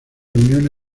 unión